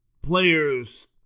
players